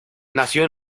nació